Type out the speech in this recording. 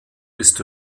ist